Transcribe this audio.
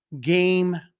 game